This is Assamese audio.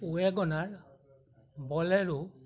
ৱেগনাৰ বলেৰো